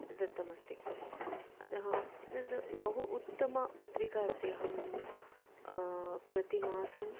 दत्तमस्ति अतः एतद् बहु उत्तमा पत्रिका अस्ति अहं प्रतिमासम्